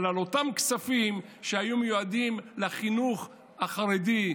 אבל על אותם כספים שהיו מיועדים לחינוך החרדי,